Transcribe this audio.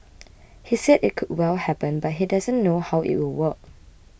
he said it could well happen but he doesn't know how it will work